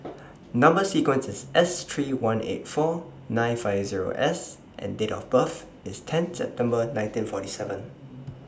Number sequence IS S three one eight four nine five Zero S and Date of birth IS ten September nineteen forty seven